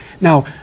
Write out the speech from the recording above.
Now